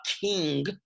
king